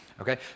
Okay